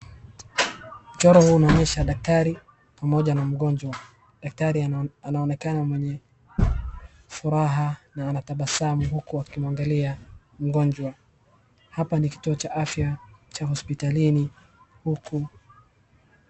Mchoro huu unaonyesha daktari, pamoja na mgonjwa, daktari anaonekana mwenye furaha, anatabasamu huku akiangalia mgonjwa. Hapa ni kituo cha afya cha hospitalini huku.